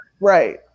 right